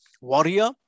warrior